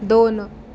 दोन